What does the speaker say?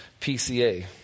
PCA